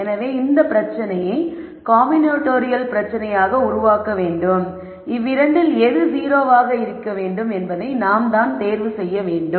எனவே இந்த பிரச்சனையை காம்பினடோரியல் பிரச்சினையாக உருவாக்க இவ்விரண்டில் எது 0 ஆக இருக்க வேண்டும் என்பதை நாம் தேர்வு செய்ய வேண்டும்